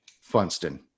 Funston